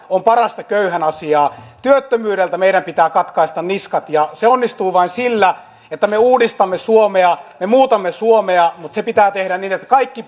on parasta köyhän asiaa työttömyydeltä meidän pitää katkaista niskat ja se onnistuu vain sillä että me uudistamme suomea me muutamme suomea mutta se pitää tehdä niin että kaikki